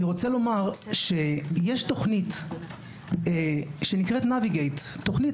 אני רוצה לומר שיש תוכנית שנקראת NAVIGATE - תוכנית